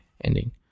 ending